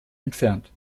entfernt